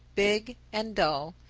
big, and dull,